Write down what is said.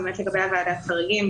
לגבי ועדת החריגים,